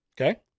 Okay